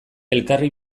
elkarri